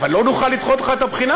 אבל לא נוכל לדחות לך את הבחינה,